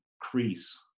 crease